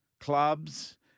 clubs